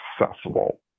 accessible